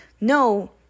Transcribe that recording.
No